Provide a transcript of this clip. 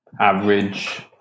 Average